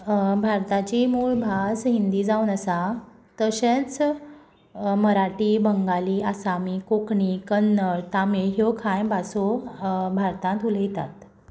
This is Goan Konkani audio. भारताची मूळ भास हिंदी जावन आसा तशेंच मराठी बंगाली आसामी कोंकणी कन्नड तामीळ ह्यो कांय भासो भारतांत उलयतात